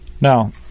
Now